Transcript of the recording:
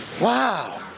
Wow